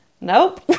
nope